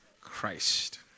Christ